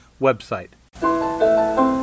website